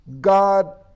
God